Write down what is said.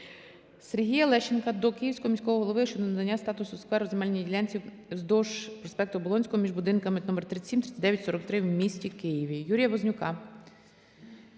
Сергія Лещенка до Київського міського голови щодо надання статусу скверу земельній ділянці вздовж проспекту Оболонського між будинками № 37, 39, 43 в місті Києві.